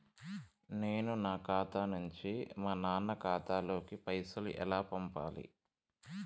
నేను నా ఖాతా నుంచి మా నాన్న ఖాతా లోకి పైసలు ఎలా పంపాలి?